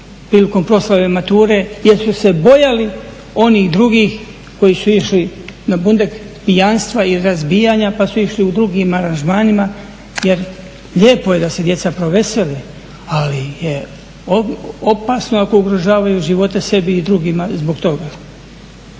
prilikom proslave mature jer su se bojali onih drugih koji su išli na Bundek pijanstva i razbijanja, pa su išli u drugim aranžmanima jer lijepo je da se djeca provesele. Ali je opasno ako ugrožavaju živote sebi i drugima zbog toga.